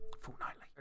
fortnightly